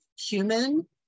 human